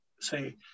say